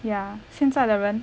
ya 现在的人